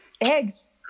Eggs